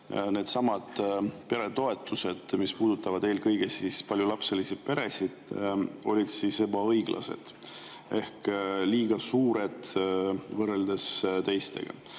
needsamad peretoetused, mis puudutavad eelkõige paljulapselisi peresid, olid ebaõiglased ehk liiga suured võrreldes teistega.